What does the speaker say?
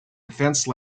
defense